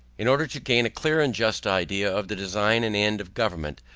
in order to gain a clear and just idea of the design and end of government,